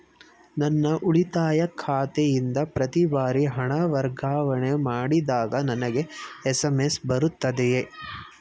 ನನ್ನ ಉಳಿತಾಯ ಖಾತೆಯಿಂದ ಪ್ರತಿ ಬಾರಿ ಹಣ ವರ್ಗಾವಣೆ ಮಾಡಿದಾಗ ನನಗೆ ಎಸ್.ಎಂ.ಎಸ್ ಬರುತ್ತದೆಯೇ?